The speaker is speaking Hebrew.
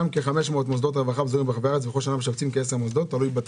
העודפים נוצרו בגלל התקשרויות רב שנתיות עם עמותות שמפעילות מעונות דיור